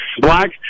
black